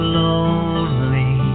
lonely